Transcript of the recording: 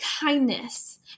kindness